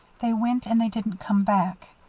they went and they didn't come back.